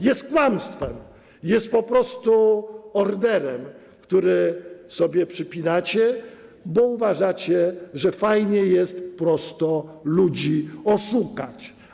Jest kłamstwem, jest po prostu orderem, który sobie przypinacie, bo uważacie, że fajnie jest prosto ludzi oszukać.